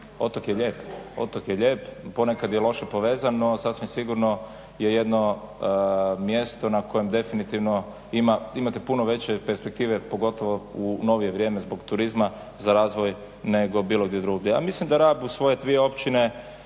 otok je lijep, ponekad je loše povezano, sasvim sigurno je jedno mjesto na kojem definitivno imate puno veće perspektive pogotovo u novije vrijeme zbog turizma za razvoj nego bilo gdje drugdje. A mislim da Rab uz svoje dvije općine